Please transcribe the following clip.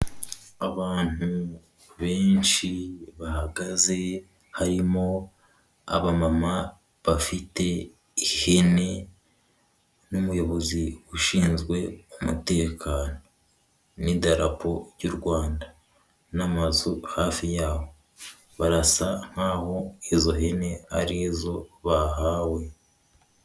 Abantu benshi bahagaze harimo abamama bafite ihene n'umuyobozi ushinzwe umutekano n'idarapo y'u Rwanda n'amazu hafi yaho barasa nkaho izo hene arizo bahawe.